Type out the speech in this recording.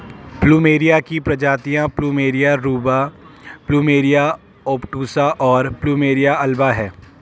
plumeria की प्रजातियाँ plumeria rubra, plumeria obtusa, और प्लुमेरिया अल्बा हैं